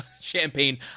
champagne